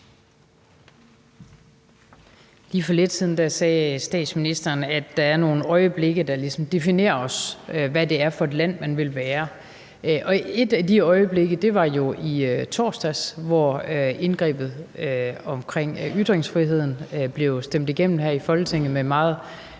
Lige for lidt siden sagde statsministeren, at der er nogle øjeblikke, der ligesom definerer os, i forhold til hvad det er for et land, vi vil være, og et af de øjeblikke var jo i torsdags, hvor indgrebet omkring ytringsfriheden blev stemt igennem her i Folketinget med et